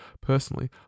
personally